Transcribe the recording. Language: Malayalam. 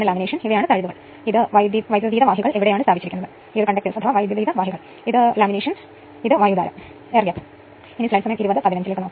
BC ഭാഗം അതിനാൽ ഇത് 11500 വോൾട്ട് ആണെങ്കിൽ ഇത് X 2 ആണെന്ന് പറയുക ഇതാണ് BC ഭാഗം ഇവിടെ കഴ്സർ ചിഹ്നം നോക്കുക